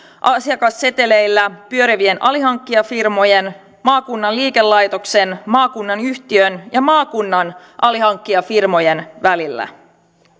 asiakasseteleillä pyörivien alihankkijafirmojen maakunnan liikelaitoksen maakunnan yhtiön ja maakunnan alihankkijafirmojen välillä